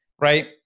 right